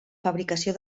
fabricació